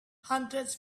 hundreds